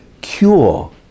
cure